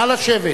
נא לשבת.